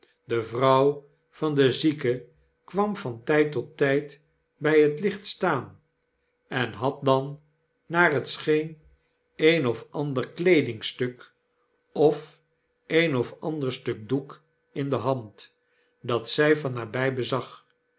de vrouw van den zieke kwam van tijd tot tjjd bjj het licht staan en had dan naar het scheen een of ander kleedingstuk of een of ander stuk doek in de hand dat zg van nabg bezag